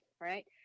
right